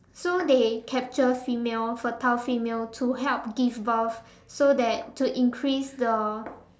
so they capture female fertile female to help give birth so that to increase the